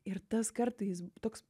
ir tas kartais toks